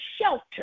shelter